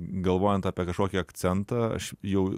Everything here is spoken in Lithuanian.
galvojant apie kažkokį akcentą aš jau